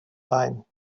time